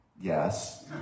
Yes